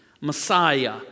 Messiah